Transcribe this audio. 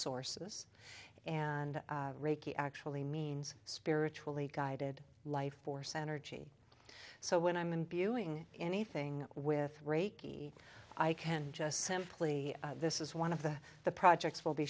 sources and reiki actually means spiritually guided life force energy so when i'm imbuing anything with reiki i can just simply this is one of the the projects will be